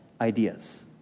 ideas